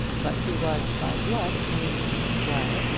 but who was by blood nearer to the squire,